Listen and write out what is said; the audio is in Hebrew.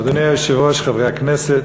אדוני היושב-ראש, חברי הכנסת,